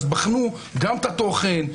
אז בחנו גם את התוכן,